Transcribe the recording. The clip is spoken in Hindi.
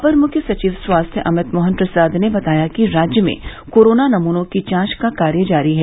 अपर मुख्य सचिव स्वास्थ्य अमित मोहन प्रसाद ने बताया कि राज्य में कोरोना नमूनों की जांच का कार्य जारी है